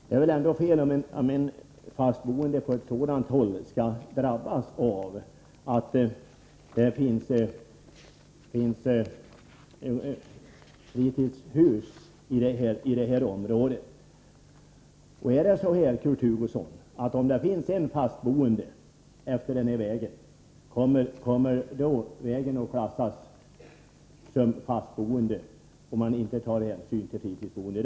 Det är väl fel om den bofasta befolkningen i ett område skall drabbas av att det finns fritidshus i området. Är det så, Kurt Hugosson, att om det finns någon fast boende efter en väg så kommer denna väg att klassas som tillhörande ett område med bofast befolkning, utan hänsyn till de fritidsboende?